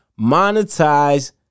Monetize